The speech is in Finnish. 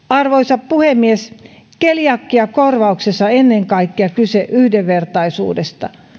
arvoisa puhemies keliakiakorvauksessa on kyse ennen kaikkea yhdenvertaisuudesta